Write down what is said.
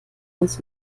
uns